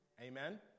Amen